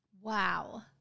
wow